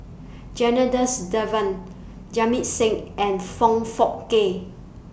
Janadas Devan Jamit Singh and Foong Fook Kay